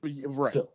Right